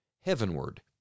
heavenward